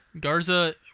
Garza